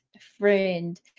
friend